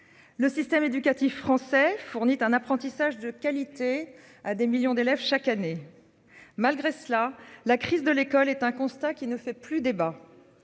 Le système éducatif français fournit un apprentissage de qualité à des millions d'élèves chaque année. Malgré cela, la crise de l'école est un constat qui ne fait plus débat.